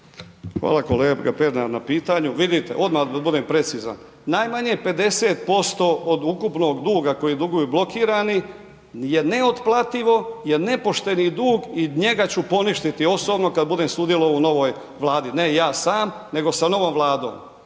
Hvala kolega Pernar na pitanju. Vidite, odmah da budem precizan, najmanje 50% od ukupnog duga koji duguju blokirani je neotplativo, je nepošteni dug i njega ću poništiti osobno kad budem sudjelovao u novoj Vladi, ne ja sam nego sa novom Vladom.